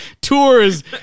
tours